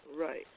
Right